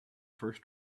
first